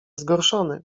zgorszony